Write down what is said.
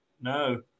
No